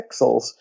pixels